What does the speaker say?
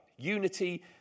unity